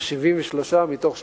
אבל 73 מתוך 80,